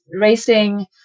racing